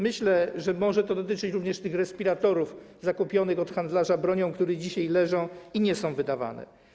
Myślę, że może to dotyczyć również tych respiratorów zakupionych od handlarza bronią, które dzisiaj leżą i nie są wydawane.